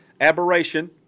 aberration